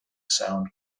sound